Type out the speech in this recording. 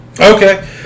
Okay